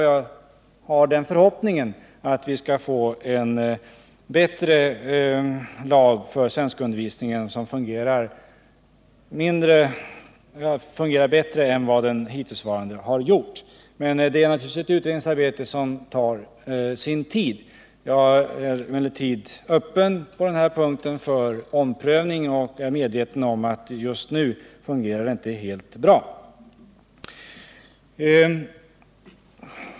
Jag har förhoppningen att vi skall få en lag för svenskundervisningen som fungerar bättre än den hittillsvarande har gjort. Det är naturligtvis ett utredningsarbete som tar sin tid. Jag är emellertid öppen för en omprövning på denna punkt, och jag är medveten om att lagen just nu inte fungerar helt bra.